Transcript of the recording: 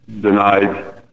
denied